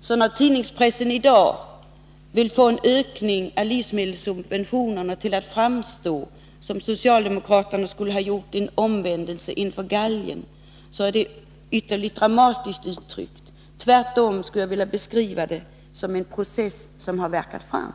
Så när tidningarna i dag vill få en ökning av livsmedelssubventionerna till att framstå som att socialdemokraterna har gjort en omvändelse under galgen uttrycker de sig ytterligt dramatiskt. Jag skulle tvärtom vilja beskriva det som en process som har värkt fram.